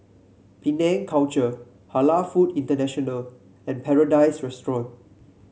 Penang Culture Halal Food International and Paradise Restaurant